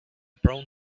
prone